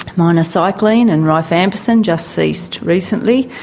minocycline and rifampicin just ceased recently.